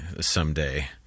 someday